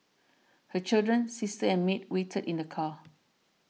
her children sister and maid waited in the car